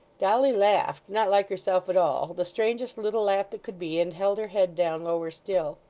dolly laughed not like herself at all the strangest little laugh that could be and held her head down lower still.